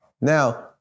Now